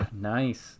Nice